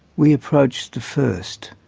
we approached the first.